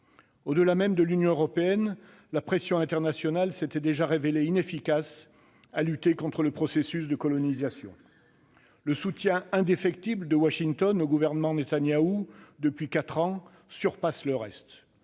Au-delà même de l'Union européenne, la pression internationale s'était déjà révélée inefficace pour lutter contre le processus de colonisation. Le soutien indéfectible de Washington au gouvernement Netanyahou, depuis quatre ans, surpasse le reste.